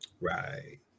Right